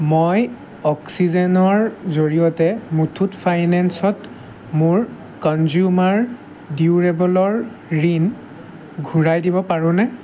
মই অক্সিজেনৰ জৰিয়তে মুথুত ফাইনেন্সত মোৰ কনজিউমাৰ ডিউৰেবলৰ ঋণ ঘূৰাই দিব পাৰোঁনে